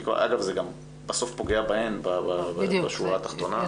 אגב, זה גם בסוף פוגע בהן בשורה התחתונה.